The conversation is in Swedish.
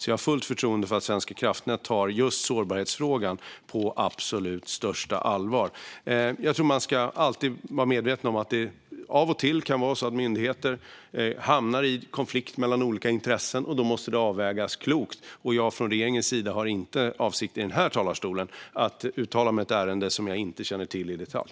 Jag har fullt förtroende för att Svenska kraftnät tar just sårbarhetsfrågan på absolut största allvar. Man ska vara medveten om att myndigheter av och till hamnar i konflikt mellan olika intressen, och då måste det göras en klok avvägning. Jag har inte för avsikt att i den här talarstolen uttala mig om ett ärende som jag inte känner till i detalj.